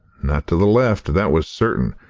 not to the left, that was certain,